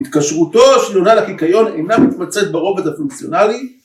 התקשרותו של יונה לקיקיון אינה מתמצית ברובד הפונקציונלי